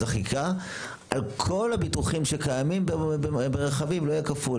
אז החקיקה על כל הביטוחים שקיימים ברכבים לא יהיה כפול.